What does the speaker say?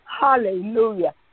Hallelujah